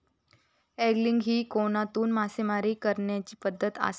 angling ही कोनातून मासेमारी करण्याची पद्धत आसा